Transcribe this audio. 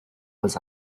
was